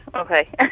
okay